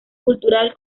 cultural